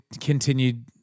continued